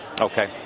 Okay